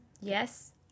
Yes